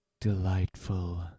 Delightful